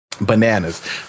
Bananas